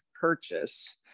purchase